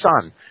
Son